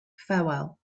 farewell